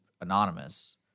anonymous